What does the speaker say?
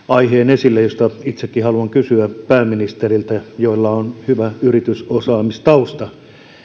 esille aiheen josta itsekin haluan kysyä pääministeriltä jolla on hyvä yritysosaamistausta